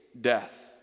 death